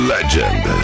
Legend